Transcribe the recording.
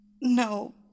No